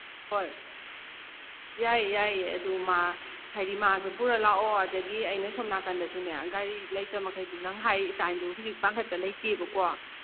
ꯍꯣꯏ ꯌꯥꯏ ꯌꯥꯏ ꯑꯗꯨ ꯃꯥ ꯍꯥꯏꯗꯤ ꯃꯥꯁꯨ ꯄꯨꯔ ꯂꯥꯛꯑꯣ ꯑꯗꯒꯤ ꯑꯩꯅ ꯁꯣꯝ ꯅꯥꯀꯟꯗꯁꯨꯅꯦ ꯒꯥꯔꯤ ꯂꯩꯇ ꯃꯈꯩꯗꯨ ꯅꯪ ꯍꯥꯏꯔꯤ ꯏꯁꯇꯥꯏꯜꯗꯨ ꯍꯧꯖꯤꯛ ꯄꯥꯡꯈꯠꯄ ꯂꯩꯇꯦꯕꯀꯣ